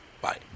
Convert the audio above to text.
Bye